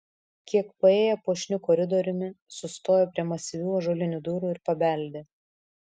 kiek paėję puošniu koridoriumi sustojo prie masyvių ąžuolinių durų ir pabeldė